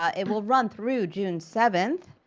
ah it will run through june seventh.